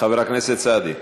חבר הכנסת סעדי.